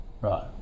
Right